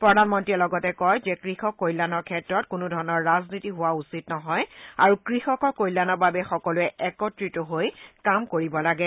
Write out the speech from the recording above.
প্ৰধানমন্ত্ৰীয়ে লগতে কয় যে কৃষক কল্যাণৰ ক্ষেত্ৰত কোনোধৰণৰ ৰাজনীতি হোৱা উচিত নহয় আৰু কৃষকৰ কল্যাণৰ বাবে সকলোৱে একত্ৰিত হৈ কাম কৰিব লাগে